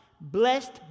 blessed